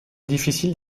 difficile